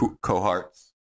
cohorts